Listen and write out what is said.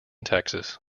texas